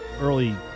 early